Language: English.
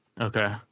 Okay